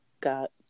got